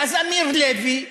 ואז אמיר לוי,